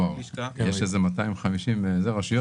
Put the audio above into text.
יש 250 רשויות.